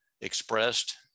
expressed